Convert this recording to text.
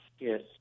Yes